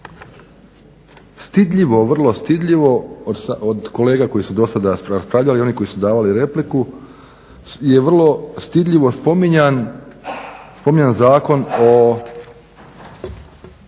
Stidljivo, vrlo stidljivo od kolega koji su do sada raspravljali, oni koji su davali repliku je vrlo stidljivo spominjan Zakon o